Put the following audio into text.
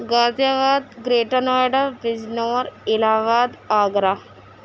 غازی آباد greater Noida Bijnor Allahabad Agra